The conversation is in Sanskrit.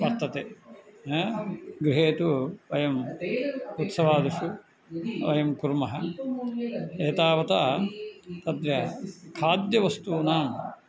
वर्तते हा गृहे तु वयम् उत्सवादिषु वयं कुर्मः एतावता अद्य खाद्यवस्तूनां